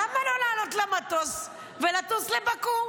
למה לא לעלות למטוס ולטוס לבאקו?